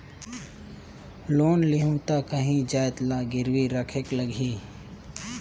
Loan लेहूं ता काहीं जाएत ला गिरवी रखेक लगही?